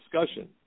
discussion